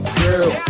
girl